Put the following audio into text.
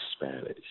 Spanish